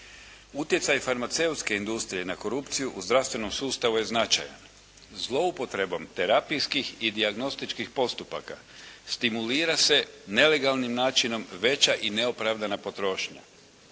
Utjecaj farmaceutske industrije na korupciju u zdravstvenom sustavu je značajan. Zloupotrebom terapijskih i dijagnostičkih postupaka stimulira se nelegalnim načinom veća i neopravdana potrošnja.